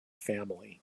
family